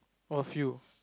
a few